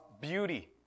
beauty